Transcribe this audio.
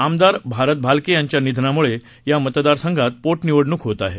आमदार भारत भालके यांच्या निधनामुळे या मतदारसंघात पोटनिवडणूक होत आहे